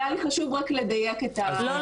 היה לי חשוב לדייק את --- לא,